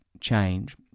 change